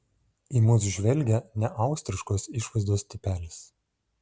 į mus žvelgė neaustriškos išvaizdos tipelis